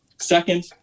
Second